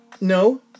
No